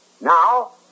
Now